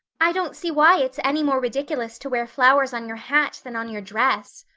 i don't see why it's any more ridiculous to wear flowers on your hat than on your dress,